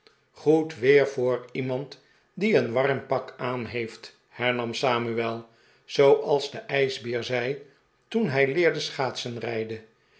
goed weer voor iemand die een warm pak aan heeft hernam samuel zooals de ijsbeer zei toen hij leerde